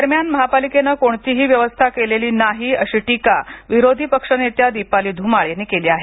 दरम्यान महापालिकेने कोणतीही व्यवस्था केली नाही अशी टीका विरोधी पक्षनेत्या दिपाली धुमाळ यांनी केली आहे